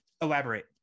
elaborate